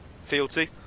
fealty